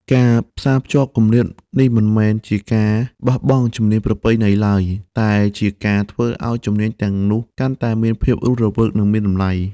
ការផ្សារភ្ជាប់គម្លាតនេះមិនមែនជាការបោះបង់ជំនាញប្រពៃណីឡើយ តែជាការធ្វើឱ្យជំនាញទាំងនោះកាន់តែមានភាពរស់រវើកនិងមានតម្លៃ។